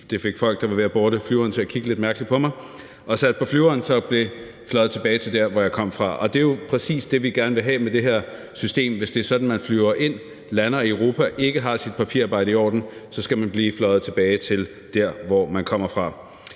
fik folk, der var ved at boarde, til at kigge lidt mærkeligt på mig – hen til flyveren og sat på flyveren og blev så fløjet tilbage til der, hvor jeg kom fra. Og det er jo præcis det, vi gerne vil have med det her system – hvis det er sådan, at man flyver ind, lander i Europa og ikke har sit papirarbejde i orden, så skal man flyves tilbage til der, hvor man kommer fra.